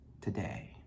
today